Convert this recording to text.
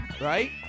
right